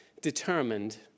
determined